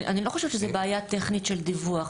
אני לא חושבת שזו בעיה טכנית של דיווח.